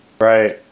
Right